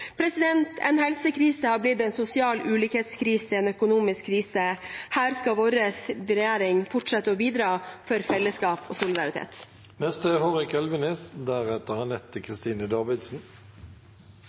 En helsekrise har blitt en sosial ulikhetskrise og en økonomisk krise. Her skal vår regjering fortsette å bidra for fellesskap og